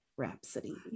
rhapsody